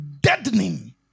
deadening